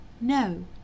No